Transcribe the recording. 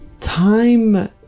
Time